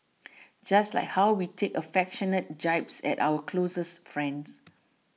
just like how we take affectionate jibes at our closest friends